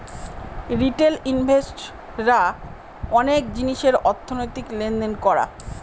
retail ইনভেস্ট রা অনেক জিনিসের অর্থনৈতিক লেনদেন করা